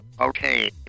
okay